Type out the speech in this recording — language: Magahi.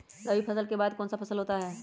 रवि फसल के बाद कौन सा फसल होता है?